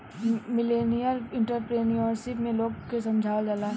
millennial entrepreneurship में लोग के समझावल जाला